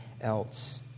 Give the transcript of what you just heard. else